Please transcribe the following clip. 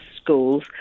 schools